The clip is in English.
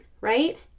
Right